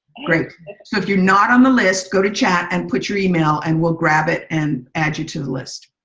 great. so if you're not on the list, go to chat and put your email and we'll grab it and add you to the list.